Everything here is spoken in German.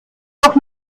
doch